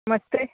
ಮತ್ತೇ